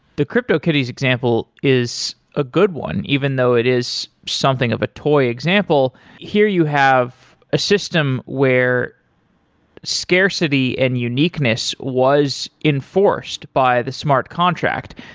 the cryptokitties example is a good one, even though it is something of a toy example. here you have a system where scarcity and uniqueness was enforced by the smart contract.